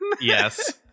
yes